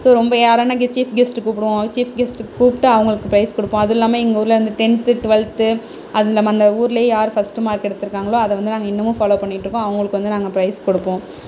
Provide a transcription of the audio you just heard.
so ரொம்ப யாரானு chief guest கூப்பிடுவோம் சீஃப் கெஸ்ட் கூப்பிட்டு அவங்களுக்கு ப்ரைஸ் கொடுப்போம் அதுவும் இல்லாமல் எங்கள் ஊரில் வந்து டென்த்து ட்வெல்த்து அந்த அந்த ஊரில் யார் ஃபஸ்ட்டு மார்க் எடுத்திருக்கங்களோ அதை நாங்கள் இன்னமும் ஃபாலோ பண்ணிகிட்டு இருக்கோம் அவங்களுக்கு வந்து நாங்கள் ப்ரைஸ் கொடுப்போம்